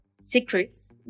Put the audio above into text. secrets